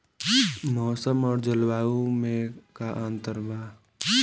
मौसम और जलवायु में का अंतर बा?